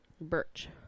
Birch